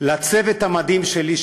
לצוות המדהים שלי,